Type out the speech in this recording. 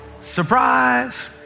Surprise